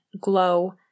glow